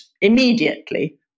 immediately